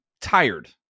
tired